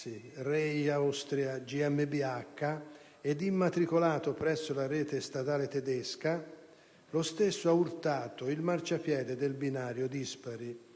Rail Austria GmbH ed immatricolato presso la rete stradale tedesca, lo stesso ha urtato il marciapiede del binario dispari,